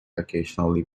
occasionally